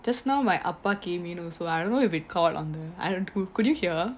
just now my ah pa gave me no so I don't know if he called on the I don't know could you hear